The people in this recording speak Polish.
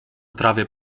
trawie